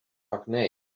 acne